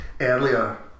earlier